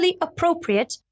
appropriate